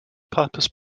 purpose